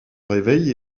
réveillent